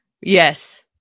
Yes